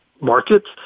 markets